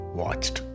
watched